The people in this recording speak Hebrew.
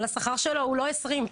אבל השכר שלו הוא לא 20,000,